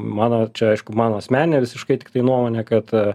mano čia aišku mano asmeninė visiškai tiktai nuomonė kad